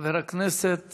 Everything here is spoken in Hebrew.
חבר הכנסת